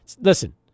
listen